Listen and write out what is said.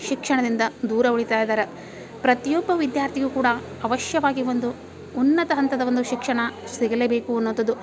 ಶಿಕ್ಷಣದಿಂದ ದೂರ ಉಳಿತಾಯಿದ್ದಾರೆ ಪ್ರತಿಯೊಬ್ಬ ವಿದ್ಯಾರ್ಥಿಯೂ ಕೂಡ ಅವಶ್ಯವಾಗಿ ಒಂದು ಉನ್ನತ ಹಂತದ ಒಂದು ಶಿಕ್ಷಣ ಸಿಗಲೇಬೇಕು ಅನ್ನುವಂಥದ್ದು